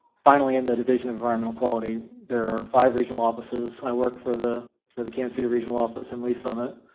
finally, in the division of environmental quality, there are five regional offices. i work for the for the kansas city regional office in lee's summit,